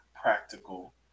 practical